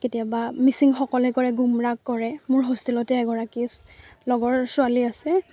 কেতিয়াবা মিচিংসকলে কৰে গোমৰাগ কৰে মোৰ হোষ্টেলতে এগৰাকী লগৰ ছোৱালী আছে